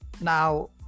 now